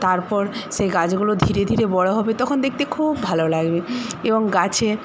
তারপর সেই গাছগুলো ধীরে ধীরে বড়ো হবে তখন দেখতে খুব ভালো লাগবে এবং গাছে